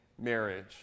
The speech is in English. marriage